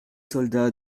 soldats